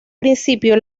principio